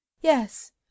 yes